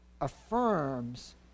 affirms